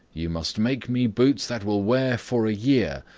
you must make me boots that will wear for a year,